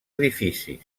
edifici